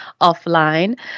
offline